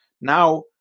Now